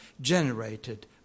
generated